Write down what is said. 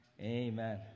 amen